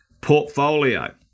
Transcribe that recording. portfolio